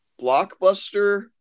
blockbuster